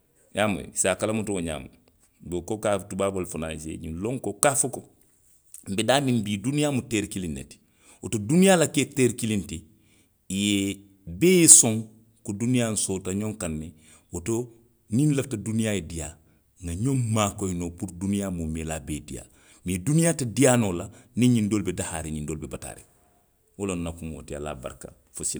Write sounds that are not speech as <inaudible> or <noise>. I ye a moyi, i se a kalamuta wo ňaama <unintelligible> tubaaboolu fanaŋ si ňiŋ loŋ ko, ka a fo ko. nbe daamiŋ bii duniyaa mu teeri kiliŋ ne ti. Woto duniyaa la kee teeri kiliŋ ti, i ye, bee ye soŋ ko duniyaa soota ňoŋ kaŋ ne. Woto niŋ nlafita duniyaa ye diiyaa. nŋa ňoŋ maakoyi noo puru duniyaa muumeelaa bee ye diiyaa. Mee duniyaa te diiyaa noo la niŋ ňiŋ doolu be dahaariŋ, ňiŋ doolu be bataariŋ, wo lemu nna kumoo ti. Ali a baraka fo sila